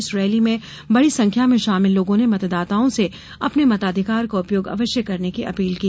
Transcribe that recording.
इस रैली में बड़ी संख्या में शामिल लोगों ने मतदाताओं से अपने मताधिकार का उपयोग अवश्य करने की अपील की